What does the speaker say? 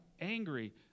angry